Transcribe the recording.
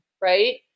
right